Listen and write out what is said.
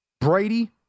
Brady